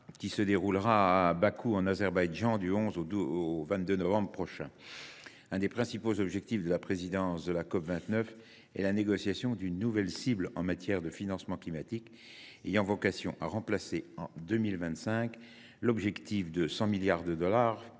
qui se déroulera à Bakou en Azerbaïdjan du 11 au 22 novembre. Un des principaux objectifs de la présidence de la COP29 est la négociation d’une nouvelle cible en matière de financement climatique ayant vocation à remplacer en 2025 l’objectif de 100 milliards de dollars